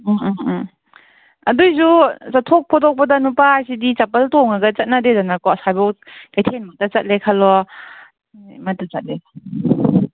ꯎꯝ ꯎꯝ ꯎꯝ ꯑꯗꯨꯏꯖꯨ ꯆꯠꯊꯣꯛ ꯈꯣꯠꯇꯣꯛꯄꯗ ꯅꯨꯄꯥ ꯍꯥꯏꯁꯤꯗꯤ ꯆꯝꯄꯜ ꯇꯣꯡꯉꯒ ꯆꯠꯅꯗꯦꯗꯅꯀꯣ ꯑꯁꯥꯏꯕꯣꯛ ꯀꯩꯊꯦꯜꯕꯣꯛꯇ ꯆꯠꯂꯦ ꯈꯜꯂꯣ